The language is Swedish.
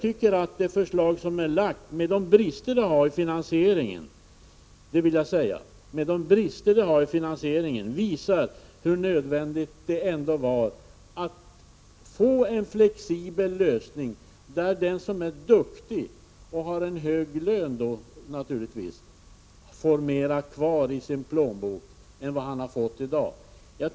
Det förslag som är lagt visar, med de brister det har i finansieringen, hur nödvändigt det ändå är att få en flexibel lösning som innebär att den som är duktig — och då naturligtvis har en hög lön — får mer kvar i sin plånbok än vad han får i dag.